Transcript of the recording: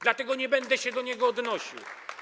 Dlatego nie będę się do niego odnosił.